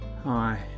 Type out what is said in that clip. Hi